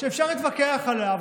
אפשר להתווכח עליה,